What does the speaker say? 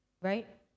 Right